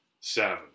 seven